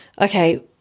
okay